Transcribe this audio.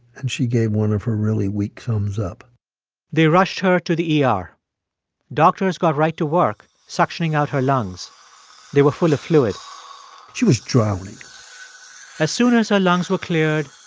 and she gave one of her really weak thumbs-up they rushed her to the er. doctors got right to work suctioning out her lungs they were full of fluid she was drowning as soon as her lungs were cleared,